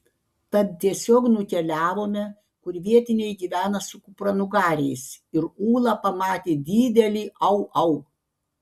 tad tiesiog nukeliavome kur vietiniai gyvena su kupranugariais ir ūla pamatė didelį au au